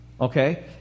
okay